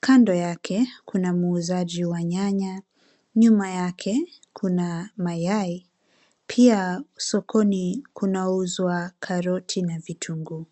Kando yake kuna muuzaji wa nyanya, nyuma yake kuna mayai. pia sokoni kunauzwa karoti na vitunguu.